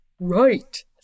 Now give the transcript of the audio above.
Right